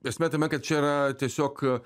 esmė tame kad čia yra tiesiog